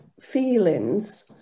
feelings